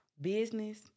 business